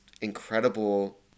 incredible